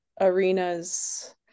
arenas